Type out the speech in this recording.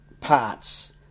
parts